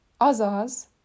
azaz